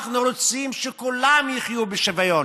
אנחנו רוצים שכולם יחיו בשוויון,